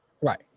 Right